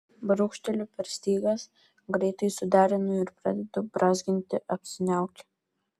brūkšteliu per stygas greitai suderinu ir pradedu brązginti apsiniaukę